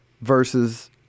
versus